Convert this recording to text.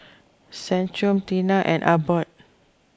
Centrum Tena and Abbott